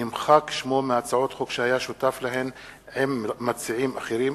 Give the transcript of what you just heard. נמחק שמו מהצעות חוק שהיה שותף להן עם מציעים אחרים,